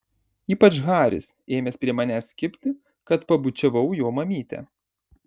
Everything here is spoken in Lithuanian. ypač haris ėmęs prie manęs kibti kad pabučiavau jo mamytę